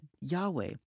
Yahweh